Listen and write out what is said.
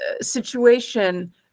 situation